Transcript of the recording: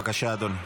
בבקשה, אדוני.